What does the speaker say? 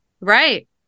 Right